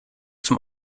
zum